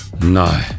no